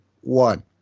one